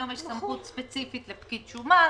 היום יש סמכות ספציפית לפקיד שומה.